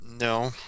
No